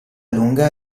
lunga